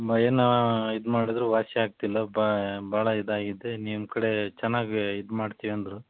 ಮ ಏನು ಇದು ಮಾಡಿದರು ವಾಸಿ ಆಗ್ತಿಲ್ಲ ಭಾಳ ಇದಾಗಿದೆ ನಿಮ್ಮ ಕಡೆ ಚೆನ್ನಾಗಿ ಇದು ಮಾಡ್ತಿವಿ ಅಂದರು